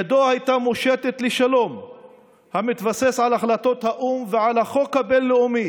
ידו הייתה מושטת לשלום המתבסס על החלטות האו"ם ועל החוק הבין-לאומי,